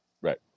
right